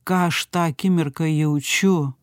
ką aš tą akimirką jaučiu